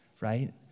right